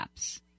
apps